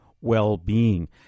well-being